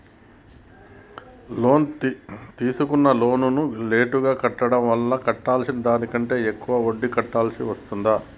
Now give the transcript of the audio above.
తీసుకున్న లోనును లేటుగా కట్టడం వల్ల కట్టాల్సిన దానికంటే ఎక్కువ వడ్డీని కట్టాల్సి వస్తదా?